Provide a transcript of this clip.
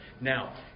Now